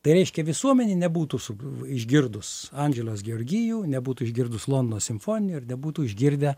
tai reiškia visuomenė nebūtų suv išgirdus andželos georgijų nebūtų išgirdus londono simfoninio ir nebūtų išgirdę